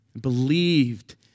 believed